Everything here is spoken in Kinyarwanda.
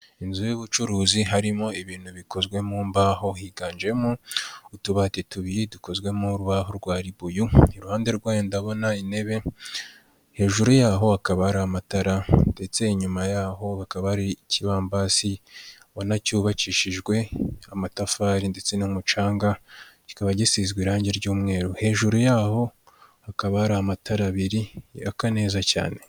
Inzu y'ubucuruzi harimo ibintu bikozwe mu mbaho higanjemo utubati tubiri dukozwe mu rubaho rwalibuyu iruhande rwayo ndabona intebe hejuru yaho hakaba hari amatara ndetse inyuma yaho hakaba hari ikibambasi ubona cyubakishijwe amatafari ndetse n'umucanga kikaba gisizwe irangi ry'umweru hejuru yaho hakaba hari amatara abiri yaka neza cyane .